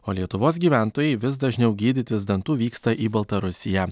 o lietuvos gyventojai vis dažniau gydytis dantų vyksta į baltarusiją